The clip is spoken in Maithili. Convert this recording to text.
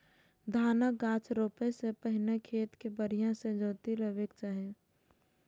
धानक गाछ रोपै सं पहिने खेत कें बढ़िया सं जोति लेबाक चाही